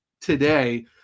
today